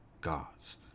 gods